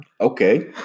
Okay